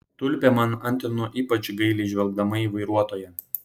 tulpė man antrino ypač gailiai žvelgdama į vairuotoją